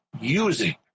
using